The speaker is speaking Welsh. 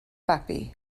babi